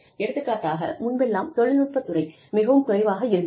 எடுத்துக்காட்டாக முன்பெல்லாம் தொழில்நுட்ப துறை மிகவும் குறைவாக இருந்தது